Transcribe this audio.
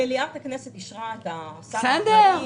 מליאת הכנסת אישרה את השר האחראי.